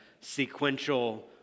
sequential